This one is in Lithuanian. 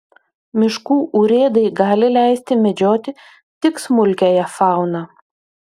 miškų urėdai gali leisti medžioti tik smulkiąją fauną